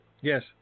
Yes